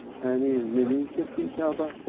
annie and minnie kissed each other,